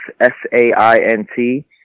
S-A-I-N-T